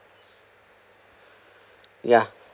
yeah